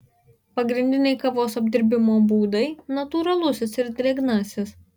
pagrindiniai kavos apdirbimo būdai natūralusis ir drėgnasis